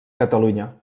catalunya